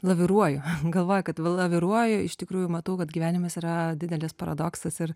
laviruoju galvoju kad laviruoju iš tikrųjų matau kad gyvenimas yra didelis paradoksas ir